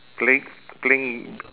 playing playing